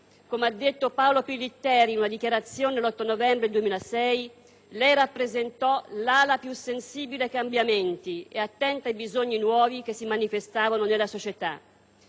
come ha detto Paolo Pillitteri in una dichiarazione l'8 novembre 2006, «lei rappresentò l'ala più sensibile ai cambiamenti e attenta ai bisogni nuovi che si manifestavano nella società».